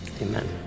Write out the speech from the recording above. amen